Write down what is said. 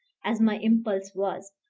as my impulse was,